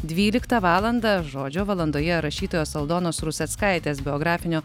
dvyliktą valandą žodžio valandoje rašytojos aldonos ruseckaitės biografinio